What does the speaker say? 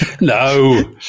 No